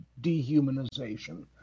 dehumanization